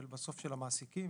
של המעסיקים,